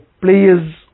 players